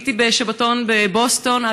הייתי בשבתון בבוסטון.